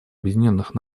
объединенных